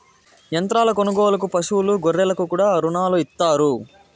యంత్రాల కొనుగోలుకు పశువులు గొర్రెలకు కూడా రుణాలు ఇత్తారు